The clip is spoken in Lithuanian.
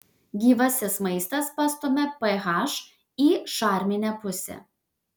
gyvasis maistas pastumia ph į šarminę pusę